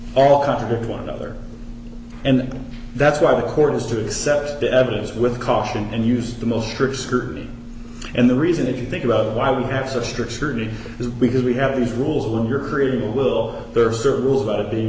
right all contradict one another and that's why the court has to accept the evidence with caution and use the most strict scrutiny and the reason that you think about why we have such strict scrutiny is because we have these rules when you're creating a will there are certain rules about it being a